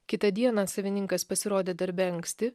kitą dieną savininkas pasirodė darbe anksti